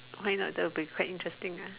why not that will be quite interesting uh